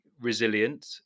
resilient